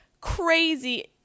crazy